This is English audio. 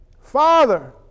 Father